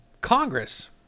Congress